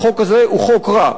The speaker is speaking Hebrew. החוק הזה הוא חוק רע.